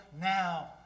now